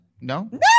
No